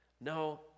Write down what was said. No